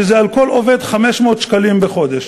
שזה על כל עובד 500 שקלים בחודש.